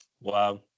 Wow